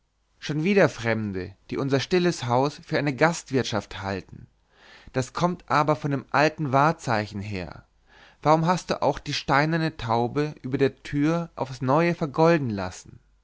schon wieder fremde die unser stilles haus für eine gastwirtschaft halten das kommt aber von dem wahrzeichen her warum hast du auch die steinerne taube über der tür aufs neue vergolden lassen